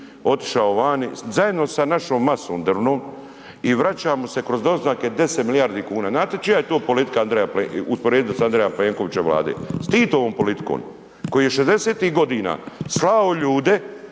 otišao vani zajedno sa našom masom drvnom i vraća mu se kroz doznake 10 milijardi kuna. Znate čija je to politika Andreja, usporedit s Andreja Plenkovića Vlade? S Titovom politikom koji je '60.-tih godina slao ljude,